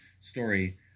story